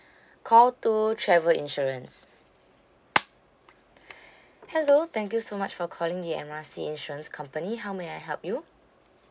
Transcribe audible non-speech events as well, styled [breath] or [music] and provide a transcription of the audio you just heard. call two travel insurance [breath] hello thank you so much for calling the M R C insurance company how may I help you